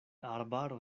arbaro